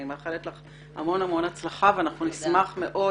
אני מאחלת לך המון המון הצלחה ואנחנו נשמח מאוד